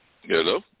Hello